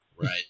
Right